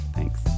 Thanks